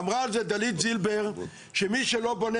אמרה על זה דלית זילבר שמי שלא בונה